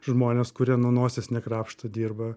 žmones kurie nu nosies nekrapšto dirba